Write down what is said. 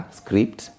script